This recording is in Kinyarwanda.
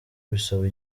bisaba